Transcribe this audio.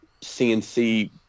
CNC